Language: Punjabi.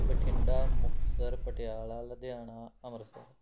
ਬਠਿੰਡਾ ਮੁਕਤਸਰ ਪਟਿਆਲਾ ਲੁਧਿਆਣਾ ਅੰਮ੍ਰਿਤਸਰ